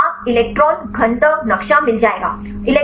नक्शा आप इलेक्ट्रॉन घनत्व नक्शा electron density map मिल जाएगा